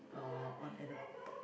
uh on at the b~